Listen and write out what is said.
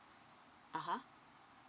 (uh huh)